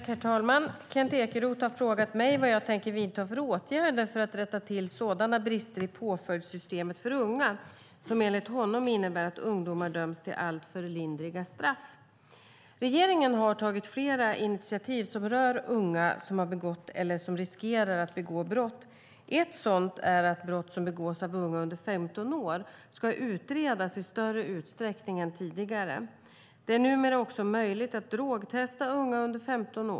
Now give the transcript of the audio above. Herr talman! Kent Ekeroth har frågat mig vad jag tänker vidta för åtgärder för att rätta till sådana brister i påföljdssystemet för unga som enligt honom innebär att ungdomar döms till alltför lindriga straff. Regeringen har tagit flera initiativ som rör unga som har begått eller som riskerar att begå brott. Ett sådant är att brott som begåtts av unga under 15 år ska utredas i större utsträckning än tidigare. Det är numera också möjligt att drogtesta unga under 15 år.